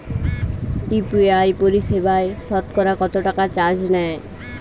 UPI পরিসেবায় সতকরা কতটাকা চার্জ নেয়?